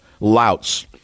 louts